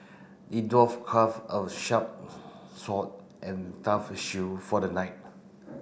the dwarf craft a sharp sword and tough shield for the knight